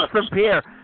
disappear